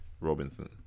Robinson